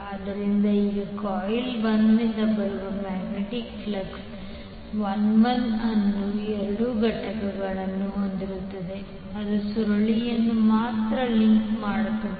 ಆದ್ದರಿಂದ ಈಗ ಕಾಯಿಲ್ 1 ರಿಂದ ಬರುವ ಮ್ಯಾಗ್ನೆಟಿಕ್ ಫ್ಲಕ್ಸ್ 1 1 ಅನ್ನು 2 ಘಟಕಗಳನ್ನು ಹೊಂದಿರುತ್ತದೆ ಅದು ಸುರುಳಿಯನ್ನು ಮಾತ್ರ ಲಿಂಕ್ ಮಾಡುತ್ತದೆ